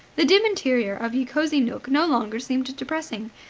the dim interior of ye cosy nooke no longer seemed depressing.